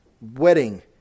wedding